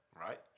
right